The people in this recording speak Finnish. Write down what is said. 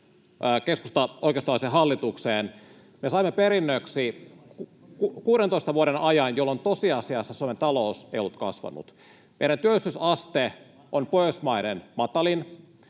keskustaoikeistolaiseen hallitukseen, me saimme perinnöksi 16 vuoden ajan, jolloin tosiasiassa Suomen talous ei ollut kasvanut. Meidän työllisyysaste on Pohjoismaiden matalin.